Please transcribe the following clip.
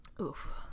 Oof